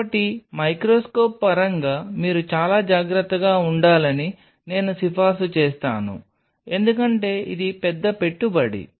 కాబట్టి మైక్రోస్కోప్ పరంగా మీరు చాలా జాగ్రత్తగా ఉండాలని నేను సిఫార్సు చేస్తాను ఎందుకంటే ఇది పెద్ద పెట్టుబడి